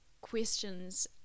questions